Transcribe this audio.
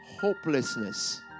hopelessness